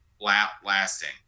lasting